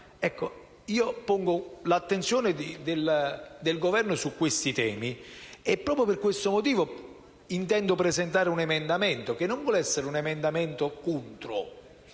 Pongo l'attenzione del Governo su questi temi. Proprio per questo motivo intendo presentare un emendamento, che non vuole andare contro,